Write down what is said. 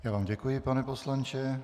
Já vám děkuji, pane poslanče.